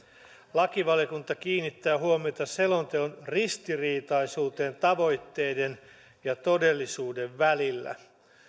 lakivaliokunta kiinnittää huomiota selonteon ristiriitaisuuteen tavoitteiden ja todellisuuden välillä